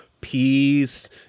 peace